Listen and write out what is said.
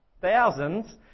thousands